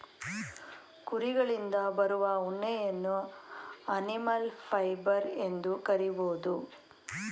ಕುರಿಗಳಿಂದ ಬರುವ ಉಣ್ಣೆಯನ್ನು ಅನಿಮಲ್ ಫೈಬರ್ ಎಂದು ಕರಿಬೋದು